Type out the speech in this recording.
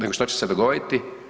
Nego šta će se dogoditi?